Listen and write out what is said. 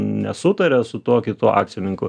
nesutaria su tuo kitu akcininku